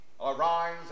Arise